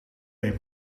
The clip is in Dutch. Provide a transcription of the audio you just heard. een